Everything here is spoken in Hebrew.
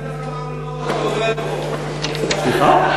סליחה?